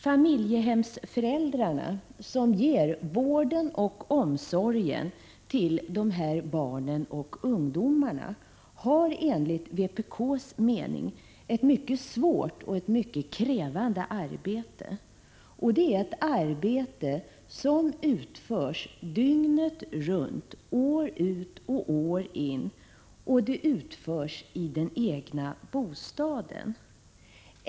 Familjehemsföräld rarna som ger vård och omsorg om de här barnen och ungdomarna har enligt vpk:s mening ett mycket svårt och krävande arbete. Det är ett arbete som utförs dygnet runt år ut och år in, och det utförs i den egna bostaden.